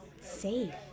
safe